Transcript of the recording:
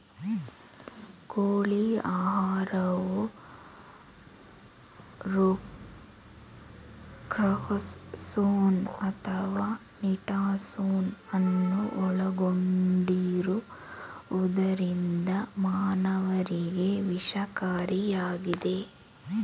ಕೋಳಿ ಆಹಾರವು ರೊಕ್ಸಾರ್ಸೋನ್ ಅಥವಾ ನಿಟಾರ್ಸೋನ್ ಅನ್ನು ಒಳಗೊಂಡಿರುವುದರಿಂದ ಮಾನವರಿಗೆ ವಿಷಕಾರಿಯಾಗಿದೆ